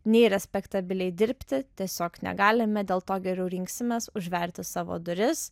nei respektabiliai dirbti tiesiog negalime dėl to geriau rinksimės užverti savo duris